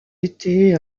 été